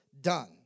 done